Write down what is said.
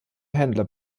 händler